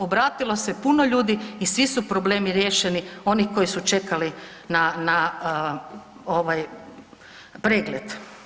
Obratilo se puno ljudi i svi su problemi riješeni onih koji su čekali na pregled.